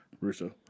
Russo